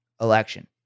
election